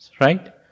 Right